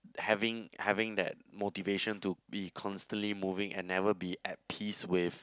having having that motivation to be constantly moving and never be at peace with